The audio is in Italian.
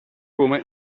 come